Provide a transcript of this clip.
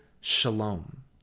Shalom